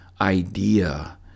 idea